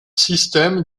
système